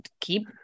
keep